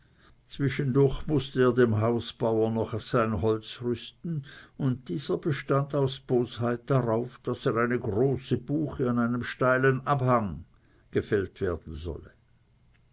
winter mußte er dem hausbauer noch sein holz rüsten und dieser bestand aus bosheit darauf daß eine große buche an einem steilen abhang gefällt werden solle